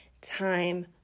time